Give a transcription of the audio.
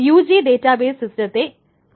UG database സിസ്റ്റത്തെ കുറിച്ച്